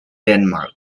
denmark